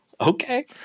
Okay